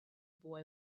boy